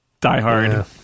diehard